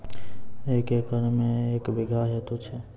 एक एकरऽ मे के बीघा हेतु छै?